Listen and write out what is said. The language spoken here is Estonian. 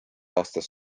aastas